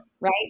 Right